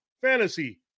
Fantasy